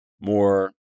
more